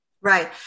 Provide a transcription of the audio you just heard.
Right